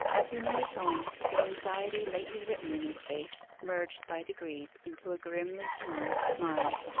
as he neared home, the anxiety lately written in his face, merged by degrees into a grimly humorous smile,